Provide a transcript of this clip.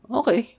okay